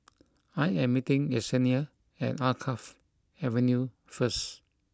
I am meeting Yessenia at Alkaff Avenue first